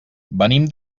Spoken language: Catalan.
venim